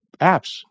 apps